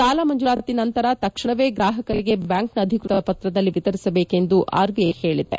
ಸಾಲ ಮಂಜೂರಾತಿ ನಂತರ ತಕ್ಷಣವೇ ಗ್ರಾಹಕರಿಗೆ ಬ್ಯಾಂಕ್ನ ಅಧಿಕ್ವತ ಪತ್ರದಲ್ಲಿ ವಿತರಿಸಬೇಕೆಂದು ಆರ್ಬಿಐ ಹೇಳಿದೆ